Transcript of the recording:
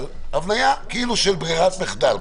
אבל הבנייה של ברירת מחדל,